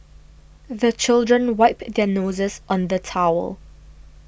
the children wipe their noses on the towel